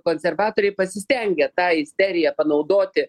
konservatoriai pasistengę tą isteriją panaudoti